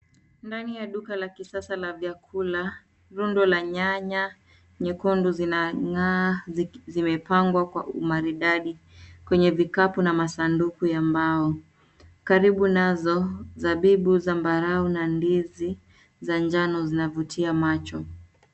Ndani ya duka la kisasa la vyakula, rundo la nyanya nyekundu zinang'aa zimepangwa kwa umaridadi kwenye vikapu na masanduku ya mbao. Karibu nazo zabibu, zambarau na ndizi za njano zinavutia macho.